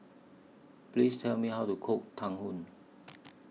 Please Tell Me How to Cook Tang Yuen